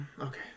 Okay